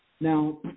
Now